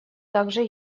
также